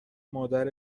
مادر